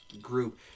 group